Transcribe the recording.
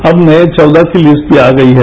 अब ये चौदह की लिस्ट भी आ गई है